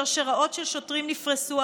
שרשראות של שוטרים נפרסו,